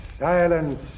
Silence